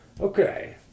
Okay